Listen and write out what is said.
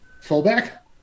Fullback